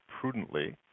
prudently